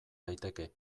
daiteke